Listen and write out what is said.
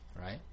right